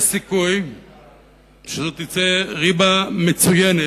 יש סיכוי שזאת תצא ריבה מצוינת.